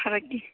ꯊꯥꯔꯛꯀꯦ